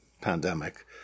pandemic